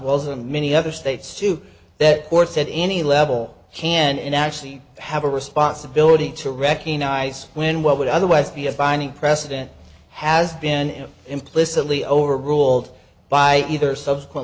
in many other states to that or set any level can actually have a responsibility to recognise when what would otherwise be a binding precedent has been implicitly overruled by either subsequent